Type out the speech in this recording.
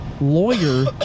Lawyer